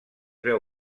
veu